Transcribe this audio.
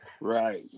right